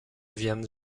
viennent